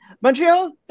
Montreal